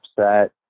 upset